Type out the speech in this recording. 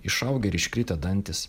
išaugę ir iškritę dantys